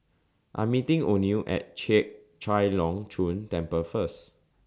I Am meeting Oneal At Chek Chai Long Chuen Temple First